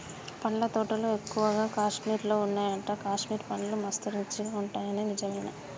పండ్ల తోటలు ఎక్కువగా కాశ్మీర్ లో వున్నాయట, కాశ్మీర్ పండ్లు మస్త్ రుచి ఉంటాయట నిజమేనా